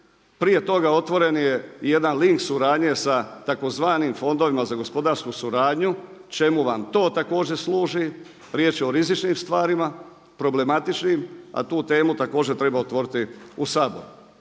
Prije toga otvoren je jedan link suradnje sa tzv. fondovima za gospodarsku suradnju, čemu vam to također služi? Riječ je o rizičnim stvarima, problematičnim, a tu temu također treba otvoriti u Saboru.